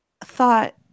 thought